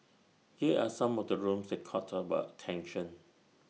here are some of the rooms that caught about tension